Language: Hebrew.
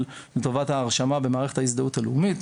לטובת ההרשמה במערכת ההזדהות הלאומית,